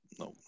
no